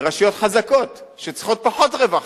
לרשויות חזקות, שצריכות פחות רווחה.